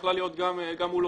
יכלה להיות גם מולו.